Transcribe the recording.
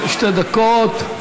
שתי דקות,